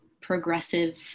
progressive